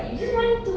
mm